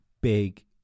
big